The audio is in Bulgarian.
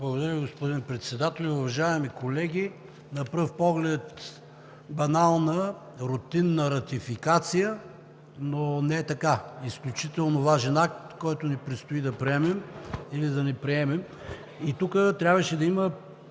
Благодаря Ви, господин Председател. Уважаеми колеги, на пръв поглед банална, рутинна ратификация, но не е така – изключително важен акт, който ни предстои да приемем или да не приемем. И тук трябваше да има